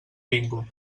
bingo